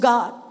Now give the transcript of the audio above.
God